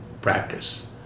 practice